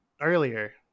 earlier